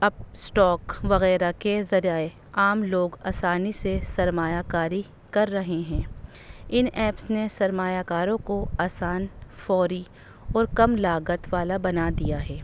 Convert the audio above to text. اپ stock وغیرہ کے ذریائع عام لوگ آسانی سے سرمایہ کاری کر رہے ہیں ان ایپس نے سرمایہ کاروں کو آسان فوری اور کم لاگت والا بنا دیا ہے